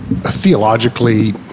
theologically